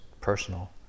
personal